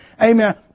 amen